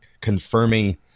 confirming